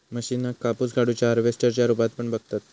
मशीनका कापूस काढुच्या हार्वेस्टर च्या रुपात पण बघतत